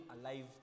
alive